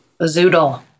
zoodle